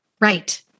Right